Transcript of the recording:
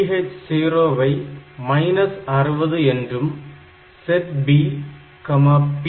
TH0 I 60 என்றும் set B P 3